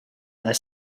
are